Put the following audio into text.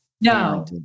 No